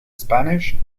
spanish